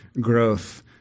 growth